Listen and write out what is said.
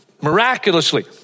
Miraculously